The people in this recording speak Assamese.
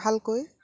ভালকৈ